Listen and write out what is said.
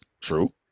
True